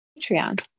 Patreon